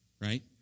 right